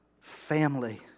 family